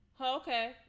Okay